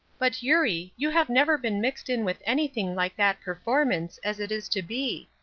but, eurie, you have never been mixed in with anything like that performance, as it is to be!